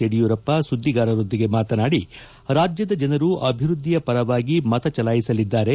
ಯಡಿಯೂರಪ್ಪ ಸುಧಿಗಾರರೊಂದಿಗೆ ಮಾತನಾಡಿ ರಾಜ್ನದ ಜನರು ಅಭಿವೃದ್ಧಿಯ ಪರವಾಗಿ ಮತ ಜಲಾಯಿಸಲಿದ್ದಾರೆ